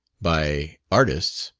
by artists.